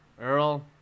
Earl